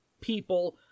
people